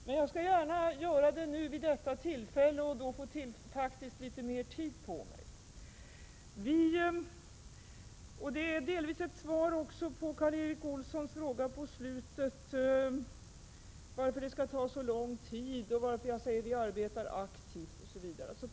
Men jag skall gärna göra det nu också, när jag har litet mer tid på mig. Det utgör delvis också ett svar på Karl Erik Olssons fråga i slutet av hans anförande om varför det skall ta så lång tid och varför jag säger att vi arbetar aktivt osv.